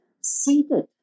seated